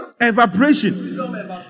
Evaporation